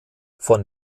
von